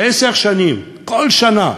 עשר שנים, כל שנה,